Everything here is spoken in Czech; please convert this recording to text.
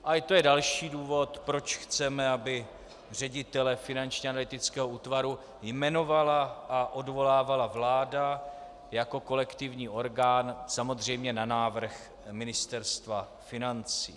A je to i další důvod, proč chceme, aby ředitele Finančního analytického útvaru jmenovala a odvolávala vláda jako kolektivní orgán, samozřejmě na návrh Ministerstva financí.